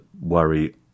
worry